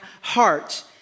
heart